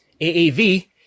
AAV